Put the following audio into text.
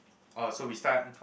oh so we start